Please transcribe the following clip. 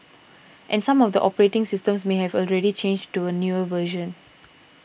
and some of the operating systems may have already changed to a newer version